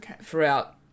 throughout